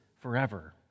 forever